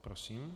Prosím.